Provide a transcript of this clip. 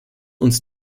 uns